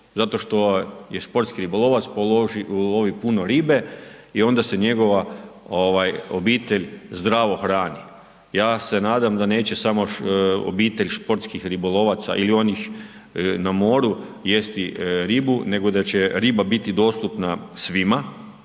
zato što je sportski ribolovac, ulovi puno ribe i onda se njegova obitelj zdravo hrani. Ja se nadam neće samo obitelj športskih ribolovaca ili onih na moru jesti ribu nego da će riba biti dostupna svima,